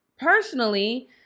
Personally